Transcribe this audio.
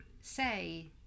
say